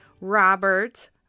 Robert